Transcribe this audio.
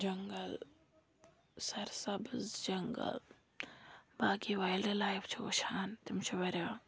جنٛگَل سَرسَبٕز جنٛگَل باقٕے وایلڈٕ لایِف چھِ وٕچھان تِم چھِ واریاہ